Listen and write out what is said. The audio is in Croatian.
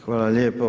Hvala lijepo.